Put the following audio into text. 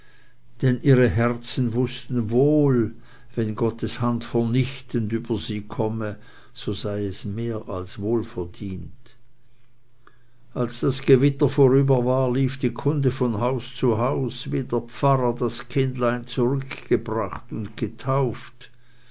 denn ihre herzen wußten wohl wenn gottes hand vernichtend über sie komme so sei es mehr als wohlverdient als das gewitter vorüber war lief die kunde von haus zu haus wie der pfarrer das kindlein zurückgebracht und getauft